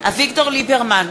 אביגדור ליברמן,